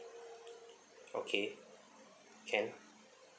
okay can